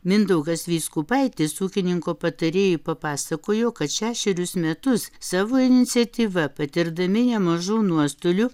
mindaugas vyskupaitis ūkininko patarėjui papasakojo kad šešerius metus savo iniciatyva patirdami nemažų nuostolių